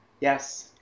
Yes